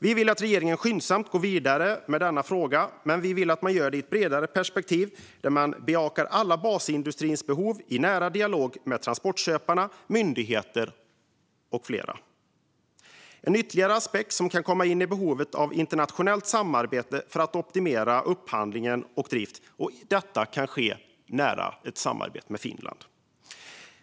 Vi vill att regeringen skyndsamt går vidare med denna fråga, men vi vill att man gör detta i ett bredare perspektiv, där man bejakar basindustrins alla behov i nära dialog med transportköpare, myndigheter med flera. En ytterligare aspekt som kan komma in är behovet av internationellt samarbete för att optimera upphandling och drift. Detta kan ske i nära samarbete med Finland.